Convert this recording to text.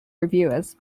reviewers